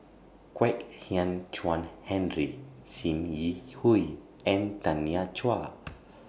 Kwek Hian Chuan Henry SIM Yi Hui and Tanya Chua